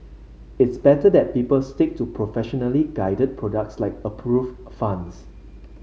it's better that people stick to professionally guided products like approved funds